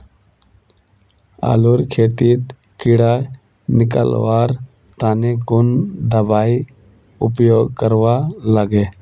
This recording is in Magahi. आलूर खेतीत कीड़ा निकलवार तने कुन दबाई उपयोग करवा लगे?